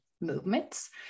movements